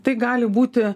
tai gali būti